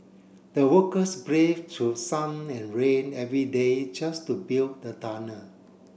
the workers brave to sun and rain every day just to build the tunnel